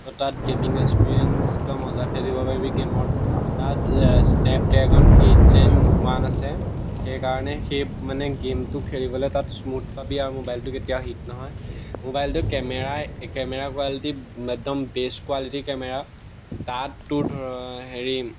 ত' তাত gaming experience তই মজা খেলিব পাৰিবি গেমত তাত স্নেপড্ৰেগন এইট জেন ওৱান আছে সেইকাৰণে সেই মানে গেমটো খেলিবলৈ তাত স্মুথ পাবি আৰু মোবাইলটো কেতিয়াও হিট নহয় মোবাইলটো কেমেৰা কেমেৰা কোৱালিটি একদম বেষ্ট কোৱালিটিৰ কেমেৰা তাতো ধৰ হেৰি